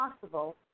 possible